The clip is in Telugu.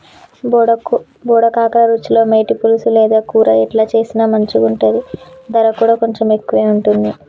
బోడ కాకర రుచిలో మేటి, పులుసు లేదా కూర ఎట్లా చేసిన మంచిగుంటది, దర కూడా కొంచెం ఎక్కువే ఉంటది